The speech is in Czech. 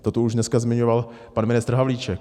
Toto už dneska zmiňoval pan ministr Havlíček.